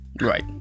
right